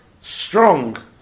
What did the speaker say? strong